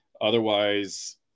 Otherwise